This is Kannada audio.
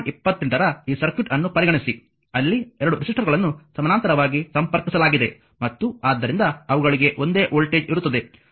28 ರ ಈ ಸರ್ಕ್ಯೂಟ್ ಅನ್ನು ಪರಿಗಣಿಸಿ ಅಲ್ಲಿ 2 ರೆಸಿಸ್ಟರ್ಗಳನ್ನು ಸಮಾನಾಂತರವಾಗಿ ಸಂಪರ್ಕಿಸಲಾಗಿದೆ ಮತ್ತು ಆದ್ದರಿಂದ ಅವುಗಳಿಗೆ ಒಂದೇ ವೋಲ್ಟೇಜ್ ಇರುತ್ತದೆ